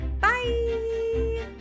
bye